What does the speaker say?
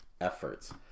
efforts